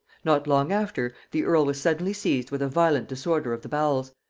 not long after, the earl was suddenly seized with a violent disorder of the bowels,